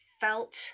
felt